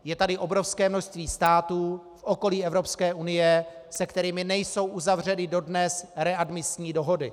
Je tady obrovské množství států v okolí Evropské unie, se kterými nejsou uzavřeny dodnes readmisní dohody.